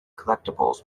collectibles